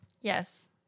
Yes